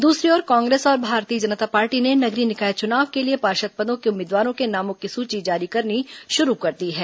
दूसरी ओर कांग्रेस और भारतीय जनता पार्टी ने नगरीय निकाय चुनाव के लिए पार्षद पदों के उम्मीदवारों के नामों की सूची जारी करनी शुरू कर दी है